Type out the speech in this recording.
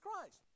Christ